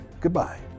goodbye